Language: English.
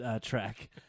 track